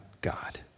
God